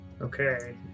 Okay